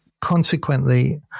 consequently